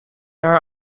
haar